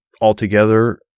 altogether